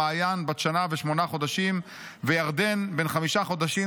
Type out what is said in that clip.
מעיין בת שנה ושמונה חודשים וירדן בן חמישה חודשים,